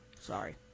Sorry